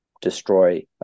destroy